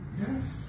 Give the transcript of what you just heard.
yes